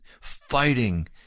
fighting